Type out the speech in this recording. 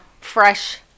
fresh